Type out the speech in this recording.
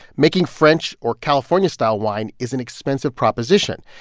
making french or california-style wine is an expensive proposition.